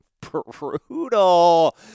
brutal